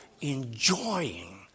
enjoying